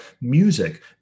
music